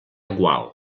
gual